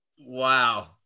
Wow